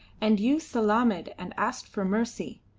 and you salaamed and asked for mercy.